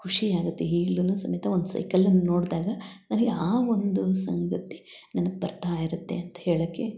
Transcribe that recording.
ಖುಷಿ ಆಗುತ್ತೆ ಈಗ್ಲು ಸಮೇತ ಒನ್ ಸೈಕಲನ್ನು ನೋಡಿದಾಗ ನನಗೆ ಆ ಒಂದು ಸಂಗತಿ ನೆನಪು ಬರ್ತಾ ಇರುತ್ತೆ ಅಂತ ಹೇಳೋಕೆ